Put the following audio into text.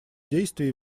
действий